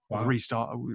restart